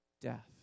death